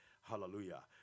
Hallelujah